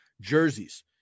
jerseys